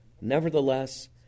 Nevertheless